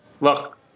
Look